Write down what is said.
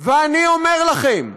ואני אומר לכם: